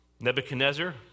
Nebuchadnezzar